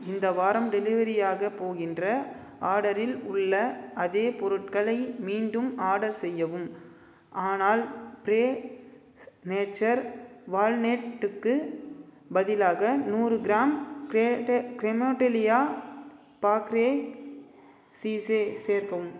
இந்த வாரம் டெலிவெரியாகப் போகின்ற ஆர்டரில் உள்ள அதே பொருட்களை மீண்டும் ஆர்டர் செய்யவும் ஆனால் ப்ரே நேச்சர் வால்நெட்டுக்கு பதிலாக நூறு கிராம் க்ரெமோட்டிலியா பாக்ரே சீஸே சேர்க்கவும்